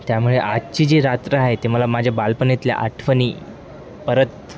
त्यामुळे आजची जी रात्र आहे ती मला माझ्या बालपणीतल्या आठवणी परत